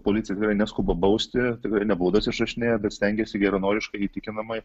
policija tikrai neskuba bausti tikrai ne baudas išrašinėja bet stengiasi geranoriškai įtikinamai